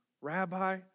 Rabbi